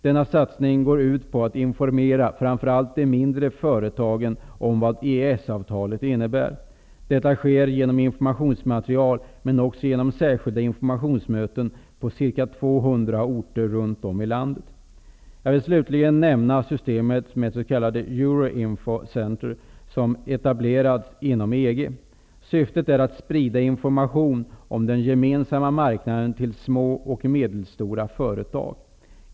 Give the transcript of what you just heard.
Denna satsning går ut på att informera framför allt de mindre företagen om vad EES avtalet innebär. Detta sker genom informationsmaterial men också genom särskilda informationsmöten på ca 200 orter runt om i landet. Jag vill slutligen nämna systemet med s.k. Euro Info Center som etablerats inom EG. Syftet är att sprida information om den gemensamma marknaden till små och medelstora företag.